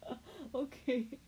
okay